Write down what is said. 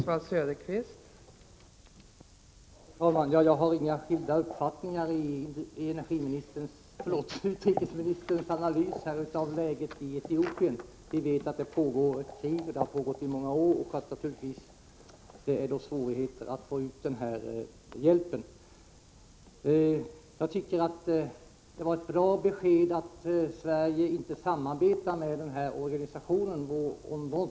Fru talman! Min uppfattning skiljer sig inte från utrikesministerns när det gäller dennes analys av läget i Etiopien. Vi vet att där pågår, och har pågått i många år, ett krig och att det därför naturligtvis är svårt att nå ut med hjälp till människorna i området. Jag tycker att utrikesministerns besked här var ett bra besked, nämligen att Sverige inte samarbetar med organisationen War on Want.